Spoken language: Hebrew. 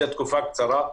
זו תקופה קצרה.